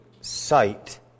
sight